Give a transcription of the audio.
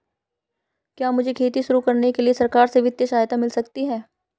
क्या मुझे खेती शुरू करने के लिए सरकार से वित्तीय सहायता मिल सकती है?